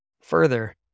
Further